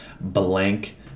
blank